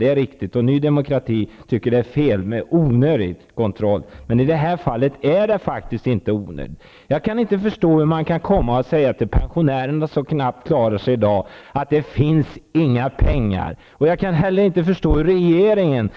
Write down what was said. Det är riktigt, och Ny demokrati tycker att det är fel med onödig kontroll. I det här fallet är det faktiskt inte onödigt. Jag kan inte förstå hur man kan säga till pensionärerna som knappt klarar sig i dag att det inte finns några pengar. Jag kan inte heller förstå att regeringen